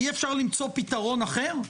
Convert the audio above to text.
אי אפשר למצוא פתרון אחר?